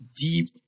deep